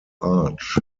arch